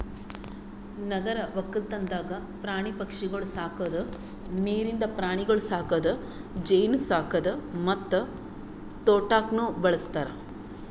ನಗರ ಒಕ್ಕಲ್ತನದಾಗ್ ಪ್ರಾಣಿ ಪಕ್ಷಿಗೊಳ್ ಸಾಕದ್, ನೀರಿಂದ ಪ್ರಾಣಿಗೊಳ್ ಸಾಕದ್, ಜೇನು ಸಾಕದ್ ಮತ್ತ ತೋಟಕ್ನ್ನೂ ಬಳ್ಸತಾರ್